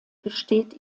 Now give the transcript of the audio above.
gesteht